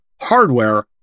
hardware